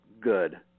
good